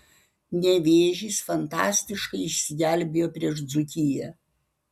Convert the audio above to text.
nevėžis fantastiškai išsigelbėjo prieš dzūkiją